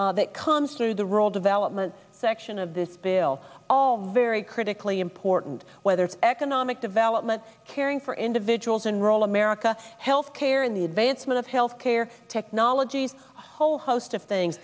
development that comes through the rural development section of this bill all very critically important whether it's economic development caring for individuals in rural america health care in the advancement of health care technologies whole host of things